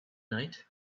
night